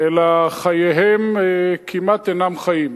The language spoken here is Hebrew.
אלא חייהם כמעט אינם חיים,